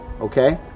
okay